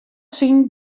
syn